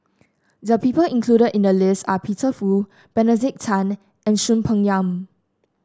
the people included in the list are Peter Fu Benedict Tan and Soon Peng Yam